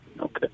Okay